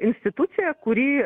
institucija kuri